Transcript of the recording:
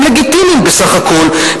שהם לגיטימיים בסך הכול,